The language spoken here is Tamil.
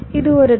இது ஒரு தடை